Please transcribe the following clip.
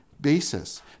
basis